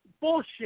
Bullshit